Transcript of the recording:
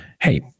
Hey